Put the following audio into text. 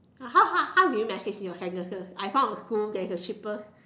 how how how do you message your parents first I find a school that is the cheapest